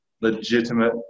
legitimate